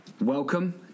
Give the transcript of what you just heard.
Welcome